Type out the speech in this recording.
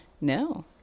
no